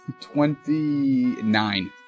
Twenty-nine